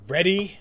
Ready